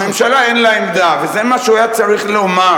הממשלה אין לה עמדה, וזה מה שהוא היה צריך לומר.